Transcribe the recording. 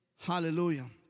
Hallelujah